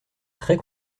très